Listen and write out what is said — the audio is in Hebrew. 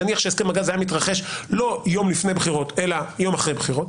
נניח שהסכם הגז היה מתרחש לא יום לפני בחירות אלא יום אחרי בחירות,